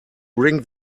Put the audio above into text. bring